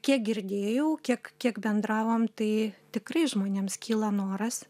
kiek girdėjau kiek kiek bendravom tai tikrai žmonėms kyla noras